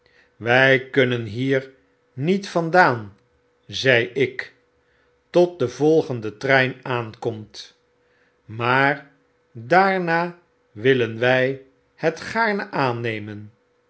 wy kunnen hier niet vandaan zei ik tot de volgende trein aankomt maar daarna willen wy het gaarne aannemen